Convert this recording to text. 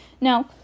Now